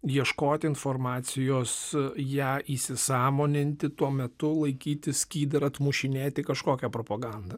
ieškoti informacijos ją įsisąmoninti tuo metu laikyti skydą ir atmušinėti kažkokią propagandą